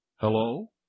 Hello